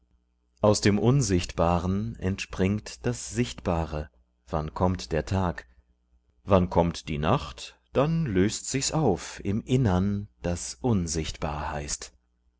aus dem unsichtbaren entspringt das sichtbare wann kommt der tag wann kommt die nacht dann löst sich's auf im innern das unsichtbar heißt